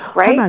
right